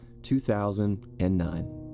2009